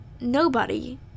nobody-